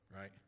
right